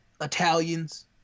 Italians